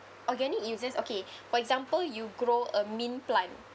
organic uses okay for example you grow a mint plant